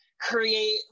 create